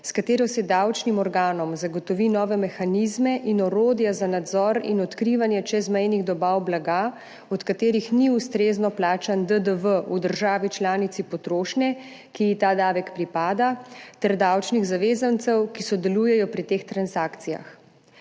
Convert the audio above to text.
s katero se davčnim organom zagotovi nove mehanizme in orodja za nadzor in odkrivanje čezmejnih dobav blaga, od katerih ni ustrezno plačan DDV v državi članici potrošnje, ki ji ta davek pripada, ter davčnih zavezancev, ki sodelujejo pri teh transakcijah.